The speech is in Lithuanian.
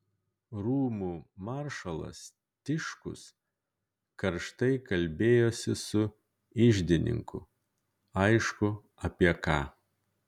rūmų maršalas tiškus karštai kalbėjosi su iždininku aišku apie ką